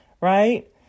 right